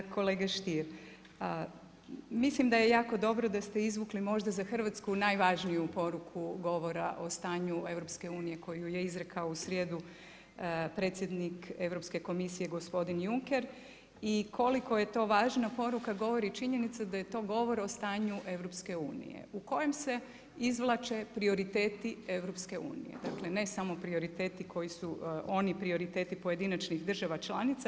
Kolega Stier, mislim da je jako dobro da ste izvukli možda za Hrvatsku najvažniju poruku govora o stanju EU-a koju je izrekao u srijedu predsjednik Europske komisije gospodin Juncker i koliko je to važna poruka govori činjenica da je to govor o stanju EU-a u kojem se izvlače prioriteti EU-a, dakle ne samo prioriteti koji su oni prioriteti, pojedinačnih država članica.